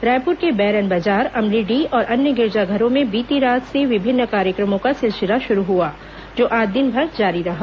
रायपुर के बैरन बाजार अमलीडीह और अन्य गिरजाघरों में बीती रात से विभिन्न कार्यक्रमों का सिलसिला शुरू हुआ जो आज दिनभर जारी रहा